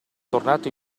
tornato